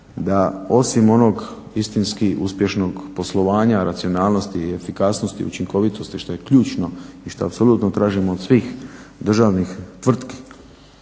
da osim onog istinski uspješnog poslovanja, racionalnosti i efikasnosti, učinkovitosti što je ključno i što apsolutno tražimo od svih državnih tvrtki